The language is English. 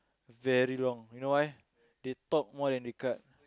very long you know why they talk more than they cut